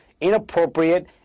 inappropriate